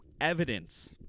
evidence